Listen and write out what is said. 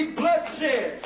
bloodshed